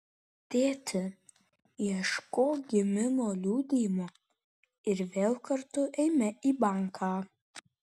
tėti ieškok gimimo liudijimo ir vėl kartu eime į banką